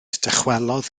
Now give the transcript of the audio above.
dychwelodd